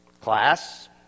Class